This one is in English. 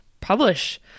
publish